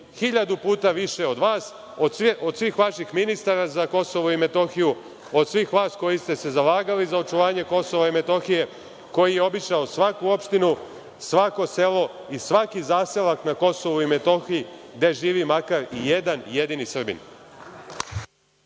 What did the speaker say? hiljadu puta više od vas, od svih vaših ministara za KiM, od svih vas koji ste se zalagali za očuvanje KiM, koji je obišao svaku opštinu, svako selo i svaki zaselak na KiM gde živi makar jedan jedini Srbin.